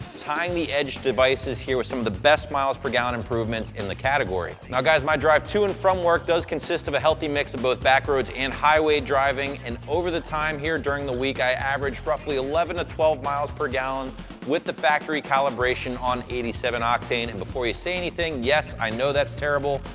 tying the edge devices here with some of the best miles per gallon improvements in the category. now, guys, my drive to and from work does consist of a healthy mix of both back roads and highway driving, and over the time here during the week, i averaged roughly eleven to twelve miles per gallon with the factory calibration on eighty seven octane. and before you say anything, yes, i know that's terrible.